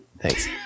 Thanks